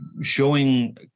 Showing